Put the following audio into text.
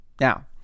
Now